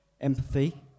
Empathy